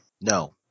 No